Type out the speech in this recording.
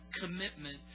commitment